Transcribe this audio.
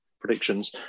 predictions